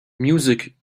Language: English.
music